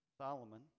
Solomon